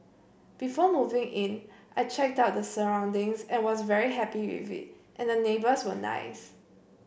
before moving in I checked out the surroundings and was very happy with it and the neighbours were nice